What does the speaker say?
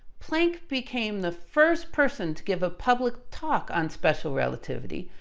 planck became the first person to give a public talk on special relativity,